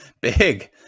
Big